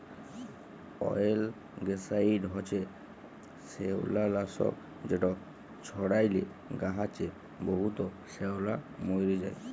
অয়েলগ্যাসাইড হছে শেওলালাসক যেট ছড়াইলে গাহাচে বহুত শেওলা মইরে যায়